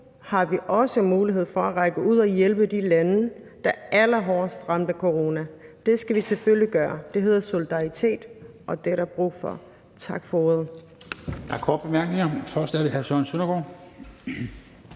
har vi også mulighed for at række ud og hjælpe de lande, der er allerhårdest ramt af corona. Det skal vi selvfølgelig gøre. Det hedder solidaritet, og det er der brug for. Tak for ordet.